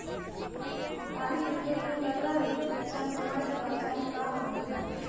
धान के खेत मे लगल संक्रमण के पहचान का होखेला?